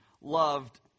loved